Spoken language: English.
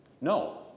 No